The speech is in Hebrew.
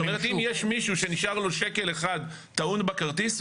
זאת אומרת אם יש מישהו שנשאר לו שקל אחד טעון בכרטיס,